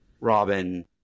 Robin